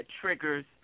triggers